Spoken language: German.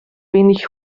wenig